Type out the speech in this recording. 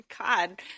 God